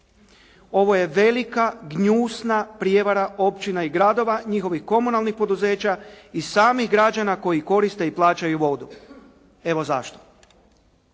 Ovo je velika, gnjusna prijevara općina i gradova, njihovih komunalnih poduzeća i samih građana koji koriste i plaćaju vodu. Evo zašto,